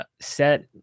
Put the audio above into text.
set